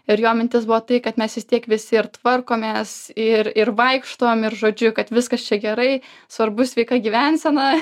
ir jo mintis buvo tai kad mes vis tiek visi ir tvarkomės ir ir vaikštom ir žodžiu kad viskas čia gerai svarbu sveika gyvensena